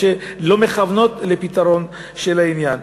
או שלא מכוונות לפתרון של העניין.